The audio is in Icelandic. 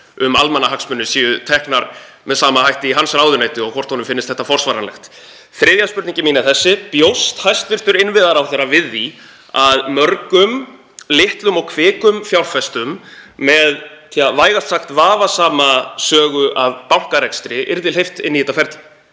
um almannahagsmuni séu teknar með sama hætti í hans ráðuneyti og hvort honum finnist þetta forsvaranlegt. Seinni spurning mín er þessi: Bjóst hæstv. innviðaráðherra við því að mörgum litlum og kvikum fjárfestum með vægast sagt vafasama sögu af bankarekstri yrði hleypt inn í þetta ferli?